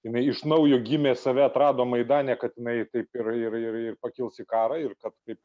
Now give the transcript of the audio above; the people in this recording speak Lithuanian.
jinai iš naujo gimė save atrado maidane kad jinai taip ir ir ir pakils į karą ir kad kaip